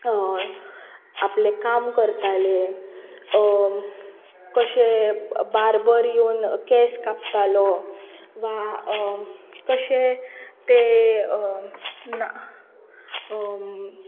आपले काम करताले कशे बार्बर येवन केंस कापतालो वा कशे ते ना